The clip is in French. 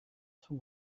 son